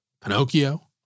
Pinocchio